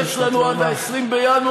יש לנו עד 20 בינואר,